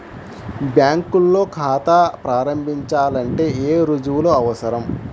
బ్యాంకులో ఖాతా ప్రారంభించాలంటే ఏ రుజువులు అవసరం?